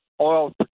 oil